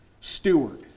steward